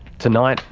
tonight,